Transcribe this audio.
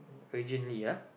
originally ya